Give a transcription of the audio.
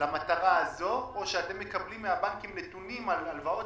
למטרה הזאת או שאתם מקבלים מהבנקים נתונים על הלוואות